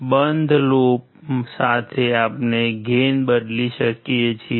બંધ લૂપ સાથે આપણે ગેઇન બદલી શકીએ છીએ